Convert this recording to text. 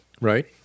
Right